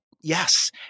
Yes